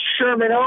Sherman